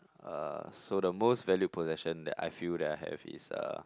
uh so the most valuable lesson that I feel that I have is uh